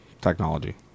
Technology